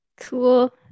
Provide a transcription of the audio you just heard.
cool